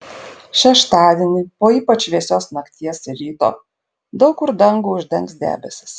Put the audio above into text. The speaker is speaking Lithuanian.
šeštadienį po ypač vėsios nakties ir ryto daug kur dangų uždengs debesys